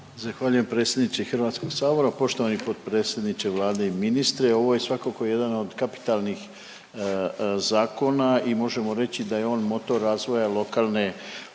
Zahvaljujem predsjedniče HS-a. Poštovani potpredsjedniče Vlade i ministre. Ovo je svakako jedan od kapitalnih zakona i možemo reći da je on motor razvoja lokalne